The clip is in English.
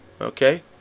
Okay